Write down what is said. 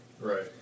Right